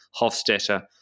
Hofstetter